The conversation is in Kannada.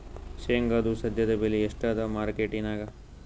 ಶೇಂಗಾದು ಸದ್ಯದಬೆಲೆ ಎಷ್ಟಾದಾ ಮಾರಕೆಟನ್ಯಾಗ?